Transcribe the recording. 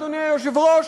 אדוני היושב-ראש,